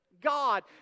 God